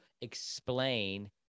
explain